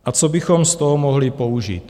A co bychom z toho mohli použít?